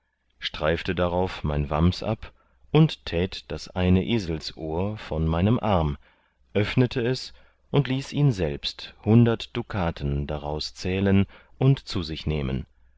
streifte darauf mein wams ab und tät das eine eselsohr von meinem arm öffnete es und ließ ihn selbst hundert dukaten daraus zählen und zu sich nehmen